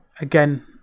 again